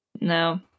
No